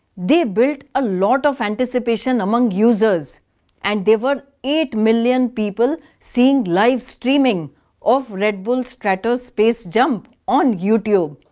they built a lot of anticipation among users and they were eight million people seeing live streaming of red bull stratos space jump on youtube.